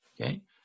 Okay